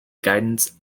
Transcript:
guidance